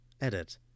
Edit